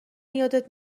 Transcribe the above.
یادت